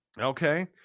Okay